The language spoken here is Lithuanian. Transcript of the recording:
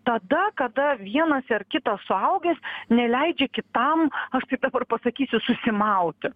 tada kada vienas ar kitas suaugęs neleidžia kitam aš taip dabar pasakysiu susimauti